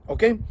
Okay